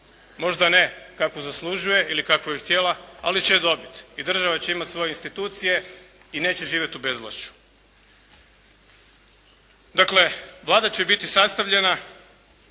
Možda ne kakvu zaslužuje ili kakvu je htjela, ali će je dobit. I država će imati svoje institucije i neće živjeti u bezvlašću. Dakle Vlada će biti sastavljena